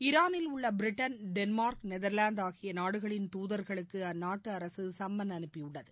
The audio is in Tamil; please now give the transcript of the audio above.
ஈரானில் உள்ள பிரிட்டன் டென்மார்க் நெதர்லாந்து ஆகிய நாடுகளின் தூதர்களுக்கு அந்நாட்டு அரசு சம்மன் அனுப்பியுள்ளது